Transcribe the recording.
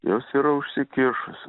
jos yra užsikišusi